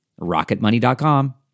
rocketmoney.com